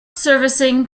servicing